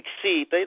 succeed